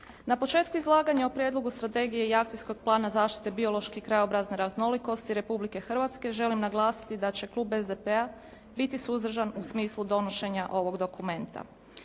Na početku izlaganja o Prijedlogu strategije i Akcijskog plana zaštite biološke i krajobrazne raznolikosti Republike Hrvatske želim naglasiti da će Klub SDP-a, biti suzdržan u smislu donošenja ovoga dokumenta.